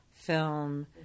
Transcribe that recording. film